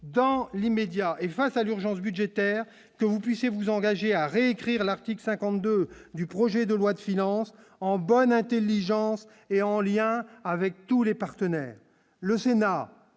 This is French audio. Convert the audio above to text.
dans l'immédiat et face à l'urgence budgétaire que vous puissiez vous engager à réécrire l'article 52 du projet de loi de finance en bonne Intelligence et en lien avec tous les partenaires, le Sénat